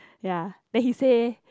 ya then he say